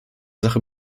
sache